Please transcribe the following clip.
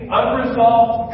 unresolved